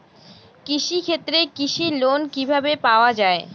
কৃষি ক্ষেত্রে কৃষি লোন কিভাবে পাওয়া য়ায়?